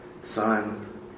Son